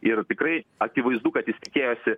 ir tikrai akivaizdu kad jis tikėjosi